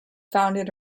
founded